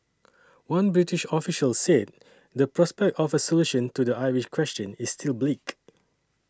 one British official said the prospect of a solution to the Irish question is still bleak